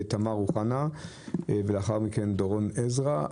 רשות הדיבור לתמר אוחנה ולאחר מכן דורון עזרא.